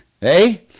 hey